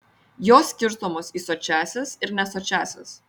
jos skirstomos į sočiąsias ir nesočiąsias